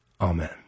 Amen